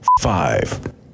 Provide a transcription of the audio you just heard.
Five